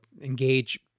engage